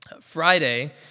Friday